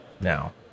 now